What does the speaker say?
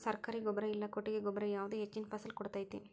ಸರ್ಕಾರಿ ಗೊಬ್ಬರ ಇಲ್ಲಾ ಕೊಟ್ಟಿಗೆ ಗೊಬ್ಬರ ಯಾವುದು ಹೆಚ್ಚಿನ ಫಸಲ್ ಕೊಡತೈತಿ?